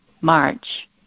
March